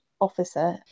officer